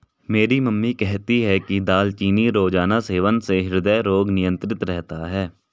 मेरी मम्मी कहती है कि दालचीनी रोजाना सेवन से हृदय रोग नियंत्रित रहता है